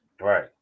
Right